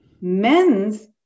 men's